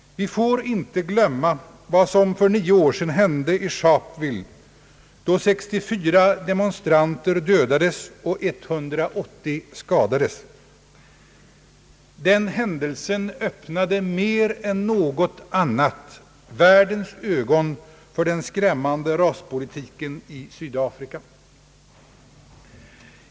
Vi får inte glömma vad som för nio år sedan hände i Sharpeville, då 64 demonstranter dödades och 180 skadades. Den händelsen öppnade mer än något annat världens ögon för den skrämmande raspolitiken i Sydafrika.